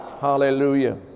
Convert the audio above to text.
hallelujah